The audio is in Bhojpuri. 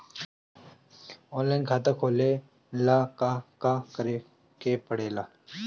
ऑनलाइन खाता खोले ला का का करे के पड़े ला?